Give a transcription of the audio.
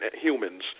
humans